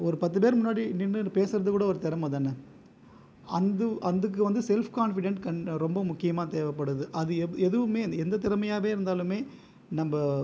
ஒரு பத்து பேர் முன்னாடி நின்றுட்டு பேசுகிறதுக்கூட ஒரு திறமை தான அந்து அதுக்கு வந்து செலஃப் கான்ஃபிடன்ட் ரொம்ப முக்கியமாக தேவைப்படுது அது எதுவுமே எந்த திறமையாகவே இருந்தாலுமே நம்ம